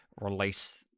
release